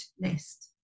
list